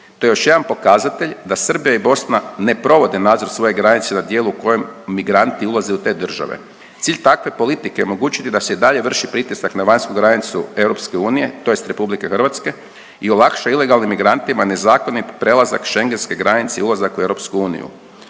To je još jedan pokazatelj da Srbija i Bosna ne provode nadzor svoje granice na dijelu u kojem migranti ulaze u te države. Cilj takve politike je omogućiti da se i dalje vrši pritisak na vanjsku granicu EU tj. RH i olakša ilegalnim migrantima nezakonit prelazak Scengenske granice i ulazak u EU.